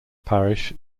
parish